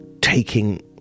taking